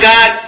God